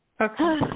Okay